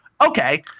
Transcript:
Okay